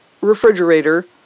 refrigerator